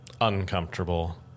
uncomfortable